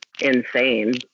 insane